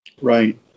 Right